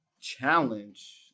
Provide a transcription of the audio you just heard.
challenge